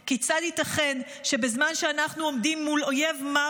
כיצד ייתכן שבזמן שאנחנו עומדים מול אויב מר כזה,